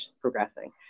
progressing